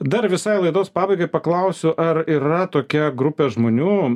dar visai laidos pabaigai paklausiu ar yra tokia grupė žmonių